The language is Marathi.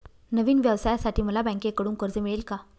नवीन व्यवसायासाठी मला बँकेकडून कर्ज मिळेल का?